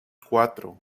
cuatro